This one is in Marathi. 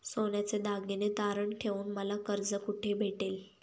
सोन्याचे दागिने तारण ठेवून मला कर्ज कुठे भेटेल?